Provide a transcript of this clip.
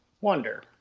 wonder